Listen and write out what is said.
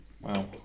Wow